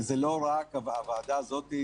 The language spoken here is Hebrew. וזה לא רק הוועדה הזאת,